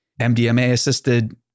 MDMA-assisted